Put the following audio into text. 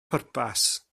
pwrpas